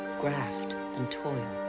graft and toil,